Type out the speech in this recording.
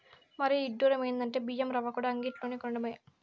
మరీ ఇడ్డురం ఎందంటే బియ్యం రవ్వకూడా అంగిల్లోనే కొనటమే